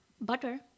butter